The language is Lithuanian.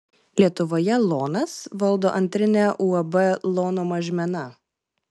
lietuvoje lonas valdo antrinę uab lono mažmena